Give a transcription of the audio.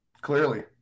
Clearly